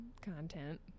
content